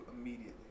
immediately